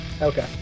Okay